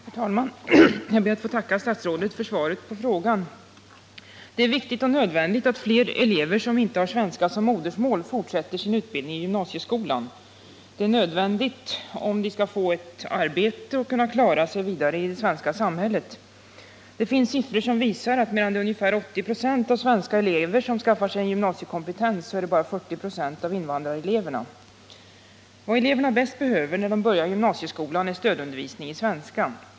Herr talman! Jag ber att få tacka statsrådet för svaret på frågan. Det är viktigt och nödvändigt att fler elever som inte har svenska som modersmål fortsätter sin utbildning i gymnasieskolan. Detta är nödvändigt för att de skall få ett arbete och klara sig i det svenska samhället. Det finns siffror som visar att ungefär 80 2, av svenska elever skaffar sig gymnasiekompetens, medan bara 40 96 av invandrareleverna gör det. Vad invandrareleverna bäst behöver när de börjar gymnasieskolan är stödundervisning i svenska.